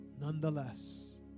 Nonetheless